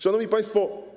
Szanowni Państwo!